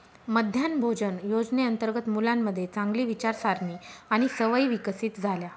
मध्यान्ह भोजन योजनेअंतर्गत मुलांमध्ये चांगली विचारसारणी आणि सवयी विकसित झाल्या